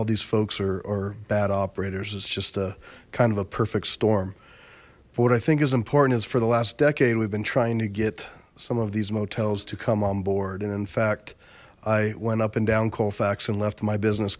all these folks or bad operators it's just a kind of a perfect storm for what i think is important is for the last decade we've been trying to get some of these motels to come on board and in fact i went up and down colfax and left my business